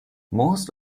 most